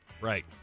Right